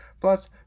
Plus